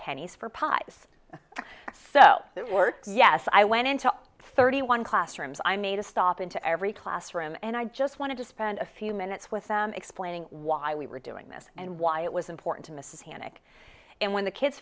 pennies for pies so that word yes i went into thirty one classrooms i made a stop in to every classroom and i just wanted to spend a few minutes with them explaining why we were doing this and why it was important to mrs haneke and when the kids